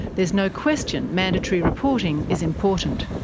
there's no question mandatory reporting is important.